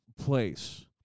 place